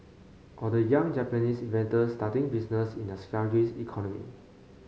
or the young Japanese inventors starting businesses in their sluggish economy